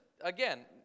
Again